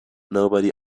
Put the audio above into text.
nobody